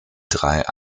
drei